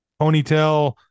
ponytail